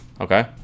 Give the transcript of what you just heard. okay